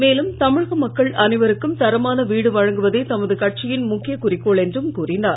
மேலும் தமிழக மக்கள் அனைவருக்கும் தரமான வீடு வழங்குவதே தமது கட்சியின் முக்கிய குறிக்கோள் என்றும் கூறினார்